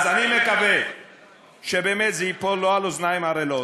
אז אני מקווה שבאמת זה ייפול לא על אוזניים ערלות,